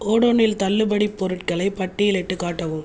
ஓடோனில் தள்ளுபடிப் பொருட்களைப் பட்டியலிட்டுக் காட்டவும்